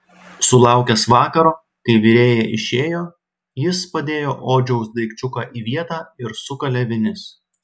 sulaukęs vakaro kai virėja išėjo jis padėjo odžiaus daikčiuką į vietą ir sukalė vinis